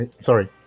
sorry